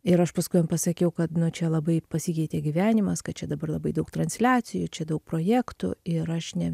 ir aš paskui jam pasakiau kad nu čia labai pasikeitė gyvenimas kad čia dabar labai daug transliacijų čia daug projektų ir aš ne